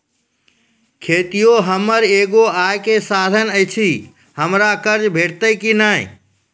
खेतीये हमर एगो आय के साधन ऐछि, हमरा कर्ज भेटतै कि नै?